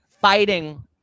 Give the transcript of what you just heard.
fighting